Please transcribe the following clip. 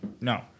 no